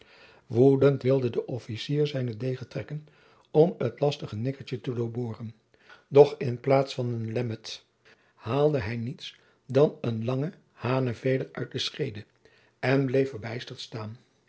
woedend wilde de officier zijnen degen trekken om het lastige nikkertje te doorboren doch in de plaats van een lemmer haalde hij niets dan een lange hanenveder uit de schede en bleef verbijsterd staan